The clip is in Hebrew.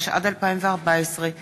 התשע"ד 2014,